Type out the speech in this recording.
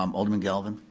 um alderman galvin?